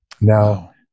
Now